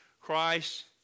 Christ